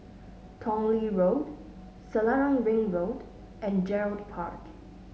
Tong Lee Road Selarang Ring Road and Gerald Park